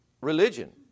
religion